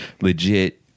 legit